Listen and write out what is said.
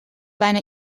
bijna